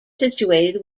situated